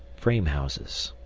frame houses